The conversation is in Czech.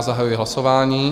Zahajuji hlasování.